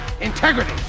integrity